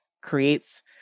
creates